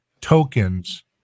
tokens